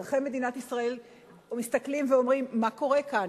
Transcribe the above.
אזרחי מדינת ישראל מסתכלים ואומרים: מה קורה כאן,